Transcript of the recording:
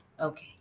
okay